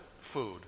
food